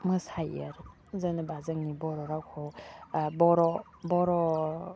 मोसायो आरो जेनेबा जोंनि बर' रावखौ बर' बर'